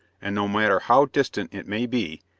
and no matter how distant it may be,